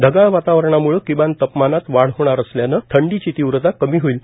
ढगाळ वातावरणाम्ळे किमान तापमानात वाढ होणार असल्यानं थंडीच तीव्रता कमी होईल